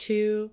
Two